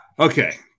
Okay